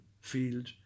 field